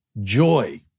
Joy